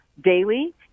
Daily